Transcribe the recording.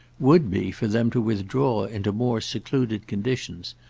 would be for them to withdraw into more secluded conditions,